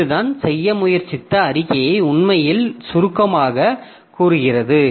இதுதான் செய்ய முயற்சித்த அறிக்கையை உண்மையில் சுருக்கமாகக் கூறுகிறது